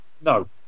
No